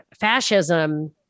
fascism